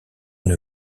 une